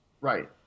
Right